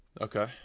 Okay